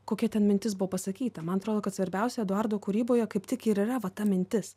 kokia ten mintis buvo pasakyta man atrodo kad svarbiausia eduardo kūryboje kaip tik ir yra va ta mintis